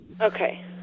Okay